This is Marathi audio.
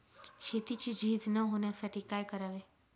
शेतीची झीज न होण्यासाठी काय करावे?